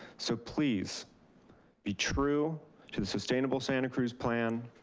so please be true to the sustainable santa cruz plan,